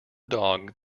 dog